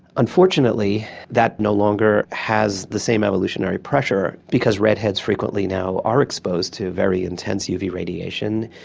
unfortunately that no longer has the same evolutionary pressure because redheads frequently now are exposed to very intense uv radiation.